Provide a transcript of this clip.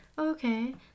okay